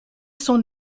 son